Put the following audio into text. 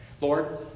Lord